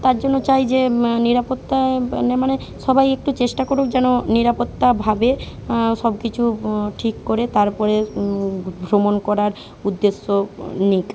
তার জন্য চাই যে নিরাপত্তা মানে সবাই একটু চেষ্টা করুক যেন নিরাপত্তাভাবে সব কিছু ঠিক করে তার পরে ভ্রমণ করার উদ্দেশ্য নিক